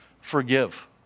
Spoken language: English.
Forgive